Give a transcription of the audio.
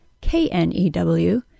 K-N-E-W